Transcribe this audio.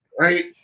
right